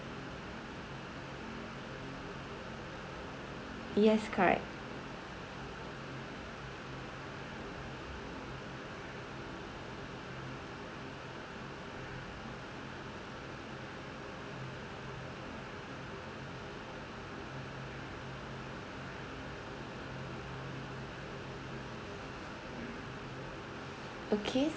yes correct okay